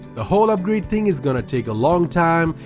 the whole upgrade thing is gonna take a long time,